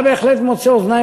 בשנה,